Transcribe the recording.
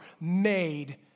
made